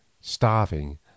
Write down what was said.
starving